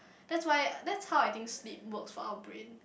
that's why that's how I think sleep works for our brain